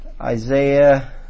Isaiah